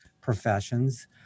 professions